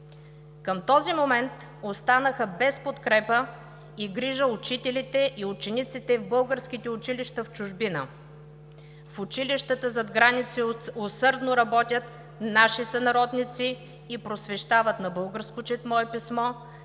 Към този момент останаха без подкрепа и грижа учителите и учениците в българските училища в чужбина. В училищата зад граница усърдно работят наши сънародници и просвещават на българско четмо и писмо